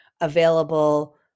available